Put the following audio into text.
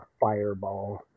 fireball